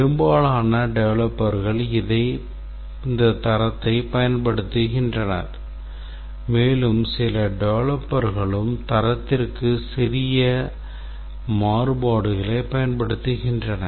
பெரும்பாலான டெவலப்பர்கள் இந்த தரத்தைப் பயன்படுத்துகின்றனர் மேலும் சில டெவலப்பர்களும் தரத்திற்கு சிறிய மாறுபாடுகளைப் பயன்படுத்துகின்றனர்